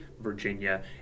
Virginia